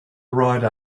ride